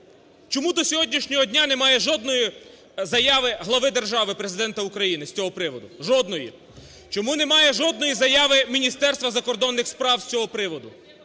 Чому до сьогоднішнього дня немає жодної заяви глави держави – Президента України з цього приводу, жодної? Чому немає жодної заяви Міністерства закордонних справ з цього приводу?